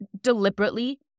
deliberately